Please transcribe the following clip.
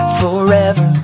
forever